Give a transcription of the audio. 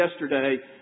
yesterday